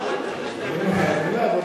זה דווקא רעיון טוב.